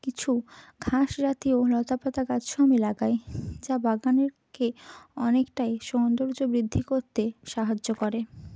কিছু ঘাস জাতীয় লতাপাতা গাছও আমি লাগাই যা বাগানের অনেকটাই সৌন্দর্য বৃদ্ধি করতে সাহায্য করে